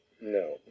no